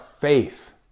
faith